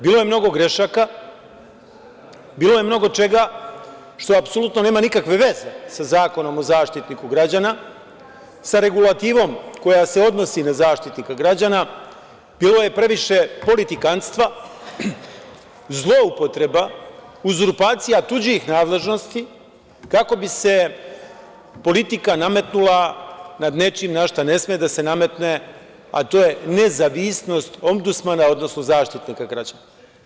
Bilo je mnogo grešaka, bilo je mnogo čega, što apsolutno nema nikakve veze sa Zakonom o Zaštitniku građana, sa regulativnom koja se odnosi na Zaštitnika građana, bilo je previše politikanstva, zloupotreba, uzurpacija tuđih nadležnosti, kako bi se politika nametnula nad nečim na šta ne sme da se nametne, a to je nezavisnost Ombudsmana, odnosno Zaštitnika građana.